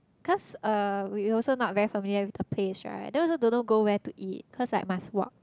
cause uh we also not very familiar with the place right then we also don't know go where to eat cause like must walk